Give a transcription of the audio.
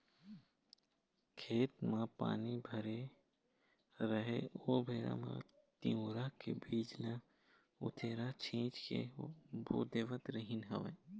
खेत म पानी भरे राहय ओ बेरा म तिंवरा के बीज ल उतेरा छिंच के बो देवत रिहिंन हवँय